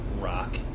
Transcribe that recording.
rock